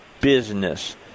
business